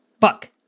fuck